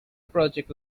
project